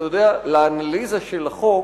אתה יודע, לאנליזה של החוק